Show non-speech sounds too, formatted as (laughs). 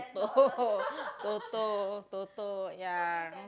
(laughs) toto toto ya